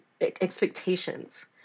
expectations